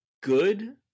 good